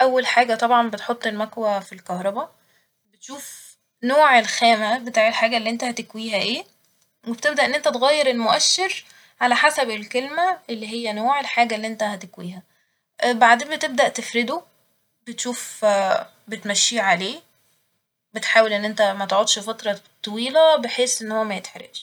أول حاجة طبعا بتحط المكوة في الكهربا ، شوف نوع الخامة بتاع الحاجة اللي إنت هتكويها إيه وبتبدأ إن إنت تغير المؤشر على حسب الكلمة اللي هي نوع الحاجة اللي إنت هتكويها بعدين بتبدأ تفرده بتشوف بتمشيه عليه بتحاول ان انت متقعدش فترة طويلة بحيث إن هو ميتحرقش